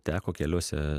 teko keliuose